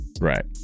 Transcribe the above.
right